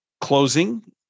closing